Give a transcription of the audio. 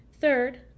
Third